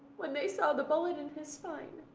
when they saw the bullet in his spine.